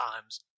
times